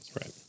Right